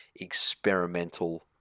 experimental